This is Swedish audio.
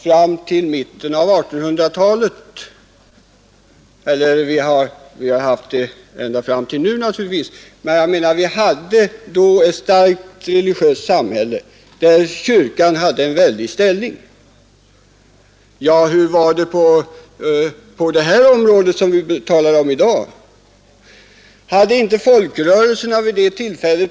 Fram till mitten av 1800-talet hade vi ett samhälle som var starkt religiöst präglat, där kyrkan hade en mycket stark ställning. Hur var det på det område som vi talar om i dag? Det var ett i långa stycken försupet samhälle.